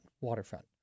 waterfront